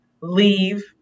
leave